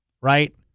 Right